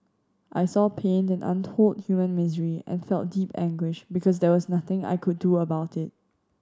I saw pain and untold human misery and felt deep anguish because there was nothing I could do about it